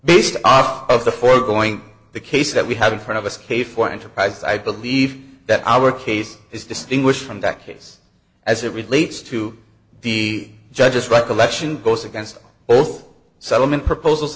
based off of the foregoing the case that we have in front of us k for enterprise i believe that our case is distinguished from that case as it relates to the judge's recollection goes against both settlement proposals